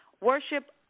Worship